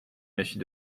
méfie